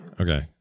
Okay